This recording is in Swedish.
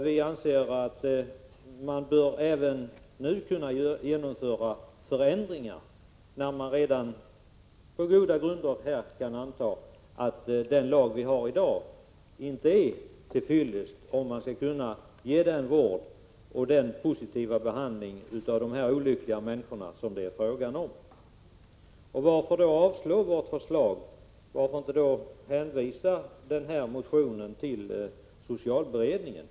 Vi anser att man även nu bör kunna genomföra förändringar, när man redan på goda grunder kan anta att den lag som vi har i dag inte är till fyllest om man skall kunna ge vård och positiv behandling till de olyckliga människor som det är fråga om. Varför avstyrka vårt förslag? Varför inte hänvisa motionen till socialberedningen?